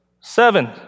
Seven